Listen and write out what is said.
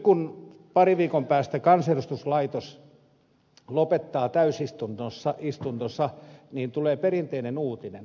kun parin viikon päästä kansanedustuslaitos lopettaa täysistuntonsa niin tulee perinteinen uutinen